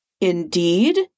Indeed